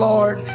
Lord